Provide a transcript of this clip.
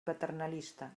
paternalista